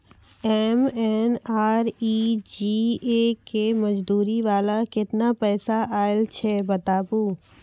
MNREGA के मज़दूरी वाला केतना पैसा आयल छै बताबू?